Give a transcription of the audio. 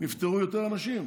נפטרו יותר אנשים.